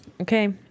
Okay